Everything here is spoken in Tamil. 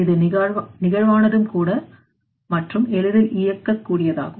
இது நிகழ்வானது கூட மற்றும் எளிதில் இயக்க கூடியதாகும்